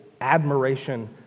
admiration